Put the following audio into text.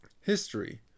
History